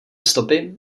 stopy